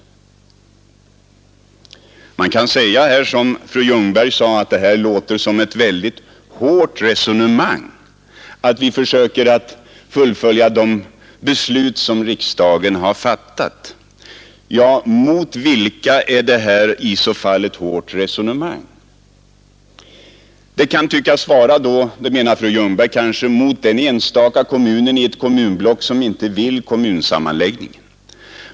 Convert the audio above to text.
Man kan som fröken Ljungberg säga att det låter som ett väldigt hårt resonemang att vi försöker genomföra det beslut som riksdagen har fattat. Ja, mot vilka är det i så fall ett hårt resonemang? Fröken Ljungberg menar att det skulle vara det mot den enstaka kommun i ett kommunblock som inte vill vara med om kommunsammanläggning.